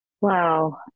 Wow